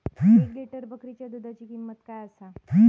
एक लिटर बकरीच्या दुधाची किंमत काय आसा?